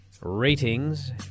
ratings